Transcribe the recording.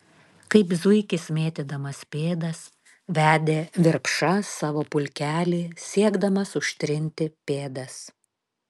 kaip zuikis mėtydamas pėdas vedė virpša savo pulkelį siekdamas užtrinti pėdas